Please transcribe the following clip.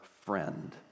friend